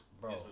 bro